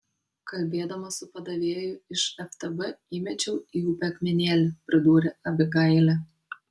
kalbėdama su padavėju iš ftb įmečiau į upę akmenėlį pridūrė abigailė